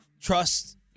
trust